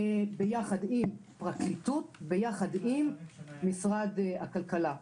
ביחד עם הפרקליטות, ביחד עם משרד הכלכלה.